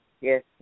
Yes